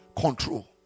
Control